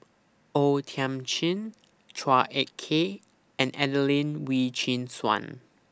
O Thiam Chin Chua Ek Kay and Adelene Wee Chin Suan